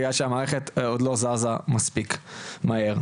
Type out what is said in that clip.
בגלל שהמערכת עוד לא זזה מספיק מהר.